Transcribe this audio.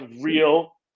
real